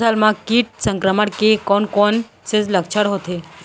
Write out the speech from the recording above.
फसल म किट संक्रमण के कोन कोन से लक्षण हे?